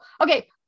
okay